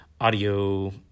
audio